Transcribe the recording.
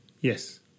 Yes